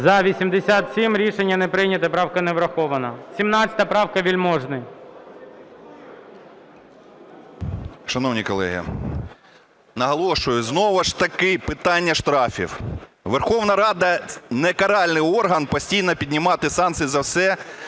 За-87 Рішення не прийнято. Правка не врахована. 17 правка. Вельможний. 11:19:04 ВЕЛЬМОЖНИЙ С.А. Шановні колеги, наголошую – знову ж таки питання штрафів. Верховна Рада – не каральний орган. Постійно піднімати санкції за все